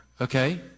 Okay